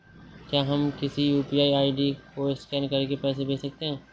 क्या हम किसी यू.पी.आई आई.डी को स्कैन करके पैसे भेज सकते हैं?